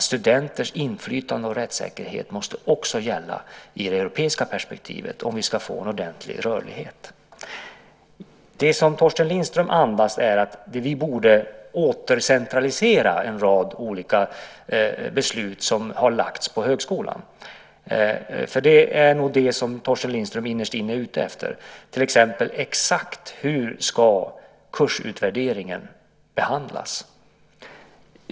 Studenters inflytande och rättssäkerhet måste också gälla i det europeiska perspektivet om vi ska få en ordentlig rörlighet. Det som Torsten Lindström andas är att vi åter borde centralisera en rad olika beslut som har lagts på högskolan. Det är nog det som Torsten Lindström innerst inne är ute efter, till exempel exakt hur kursutvärderingen ska behandlas.